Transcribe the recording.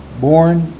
born